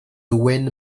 wayne